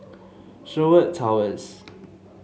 Sherwood Towers